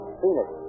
Phoenix